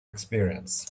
experience